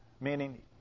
Meaning